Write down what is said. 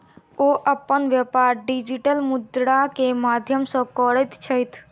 ओ अपन व्यापार डिजिटल मुद्रा के माध्यम सॅ करैत छथि